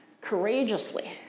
courageously